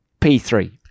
P3